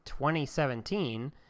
2017